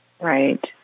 Right